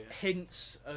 hints